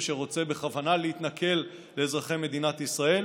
שרוצה בכוונה להתנכל לאזרחי מדינת ישראל.